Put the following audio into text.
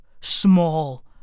small